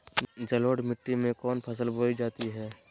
जलोढ़ मिट्टी में कौन फसल बोई जाती हैं?